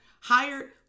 Hired